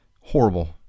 horrible